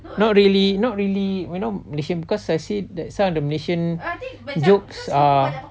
not really not really you know malaysia because I see that some of the malaysian jokes are